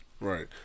Right